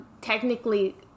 technically